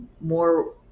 more